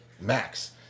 Max